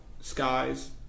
skies